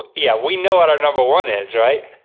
ah yeah, we know what our number one is, right?